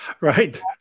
right